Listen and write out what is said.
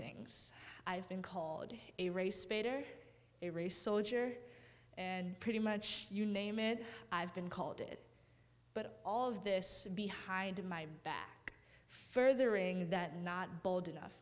things i've been called a race baiter a race soldier and pretty much you name it i've been called it but all of this behind my back furthering that not bold enough